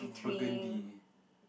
Burgundy